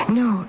no